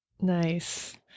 Nice